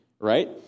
right